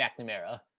McNamara